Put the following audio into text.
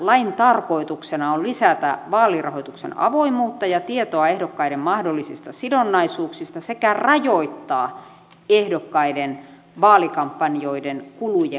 lain tarkoituksena on lisätä vaalirahoituksen avoimuutta ja tietoa ehdokkaiden mahdollisista sidonnaisuuksista sekä rajoittaa ehdokkaiden vaalikampanjoiden kulujen kasvua